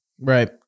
Right